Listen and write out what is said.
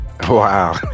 Wow